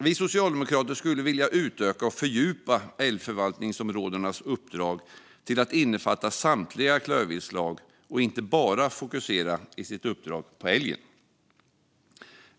Vi socialdemokrater skulle vilja utöka och fördjupa älgförvaltningsområdenas uppdrag till att innefatta samtliga klövinslag och inte bara fokusera i sitt uppdrag på älgen.